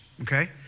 okay